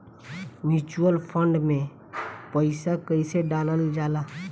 Mutual fund मे पईसा कइसे डालल जाला?